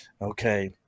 Okay